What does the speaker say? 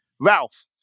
Ralph